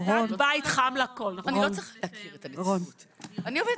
אני לא מכירה אותך.